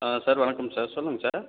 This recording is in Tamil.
ஆ சார் வணக்கம் சார் சொல்லுங்க சார்